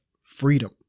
freedom